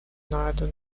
neither